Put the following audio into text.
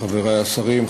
חברי השרים,